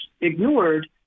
ignored